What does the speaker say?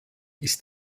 ist